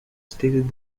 stated